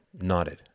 nodded